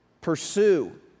Pursue